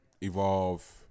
Evolve